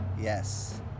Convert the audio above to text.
Yes